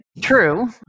True